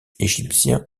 égyptien